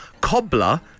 Cobbler